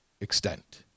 extent